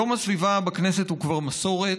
יום הסביבה בכנסת הוא כבר מסורת,